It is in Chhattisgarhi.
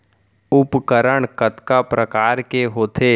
उपकरण कतका प्रकार के होथे?